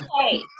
Okay